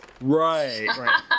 Right